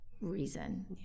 reason